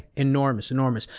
enormous. enormous.